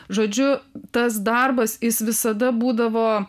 žodžiu tas darbas jis visada būdavo